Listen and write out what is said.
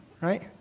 Right